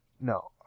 No